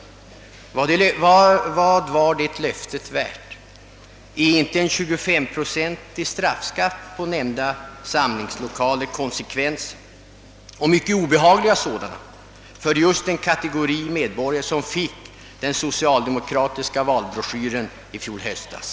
Vad var detta löfte värt? Är inte en 25-procentig straffskatt på nämnda samlingslokaler konsekvenser — och mycket obehagliga sådana — för just den kategori medborgare som fick den socialdemokratiska valbroschyren i höstas?